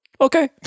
Okay